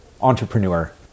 entrepreneur